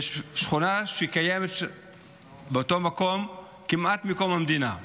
בשכונה שקיימת באותו מקום כמעט מקום המדינה,